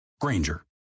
Granger